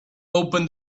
open